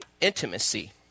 intimacy